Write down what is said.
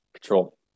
control